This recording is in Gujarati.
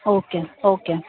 okay okay